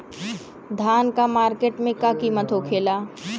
धान क मार्केट में का कीमत होखेला?